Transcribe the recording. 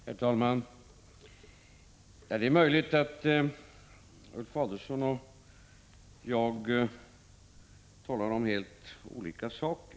Herr talman! Ja, det är möjligt att Ulf Adelsohn och jag talar om olika saker.